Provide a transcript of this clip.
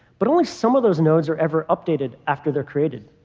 but only some of those nodes are ever updated after they're created.